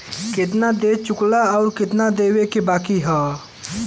केतना दे चुकला आउर केतना देवे के बाकी हौ